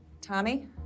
Tommy